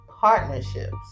partnerships